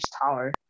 tower